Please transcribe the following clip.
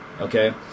okay